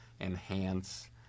enhance